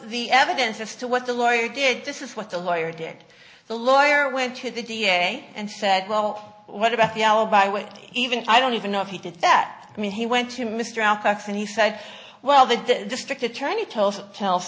the evidence as to what the lawyer did this is what the lawyer did the lawyer went to the d a and said well what about the alibi when even i don't even know if he did that i mean he went to mr outbacks and he said well the district attorney t